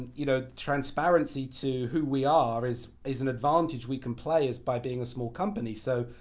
you know transparency to who we are is is an advantage we can play is by being a small company. so,